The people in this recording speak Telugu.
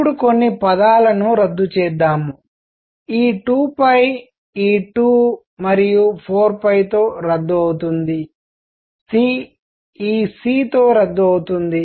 ఇప్పుడు కొన్ని పదాలను రద్దు చేద్దాం ఈ 2 ఈ 2 మరియు 4 తో రద్దు అవుతుంది c ఈ c తో రద్దు అవుతుంది